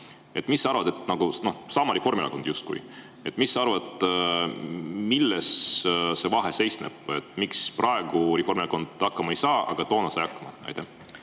Mis sa arvad? Sama Reformierakond justkui. Mis sa arvad, milles see vahe seisneb, miks praegu Reformierakond hakkama ei saa, aga toona sai? Hea